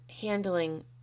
handling